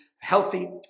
healthy